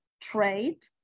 trade